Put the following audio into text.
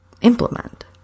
implement